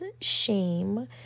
shame